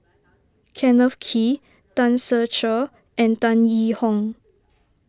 Kenneth Kee Tan Ser Cher and Tan Yee Hong